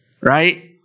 right